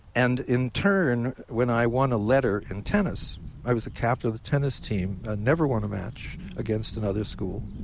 and in turn when i won a letter in tennis i was the captain of the tennis team i never won a match against another school,